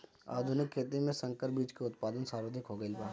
आधुनिक खेती में संकर बीज के उत्पादन सर्वाधिक हो गईल बा